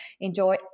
enjoy